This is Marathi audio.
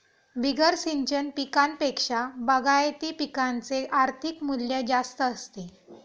बिगर सिंचन पिकांपेक्षा बागायती पिकांचे आर्थिक मूल्य जास्त असते